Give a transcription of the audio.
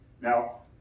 Now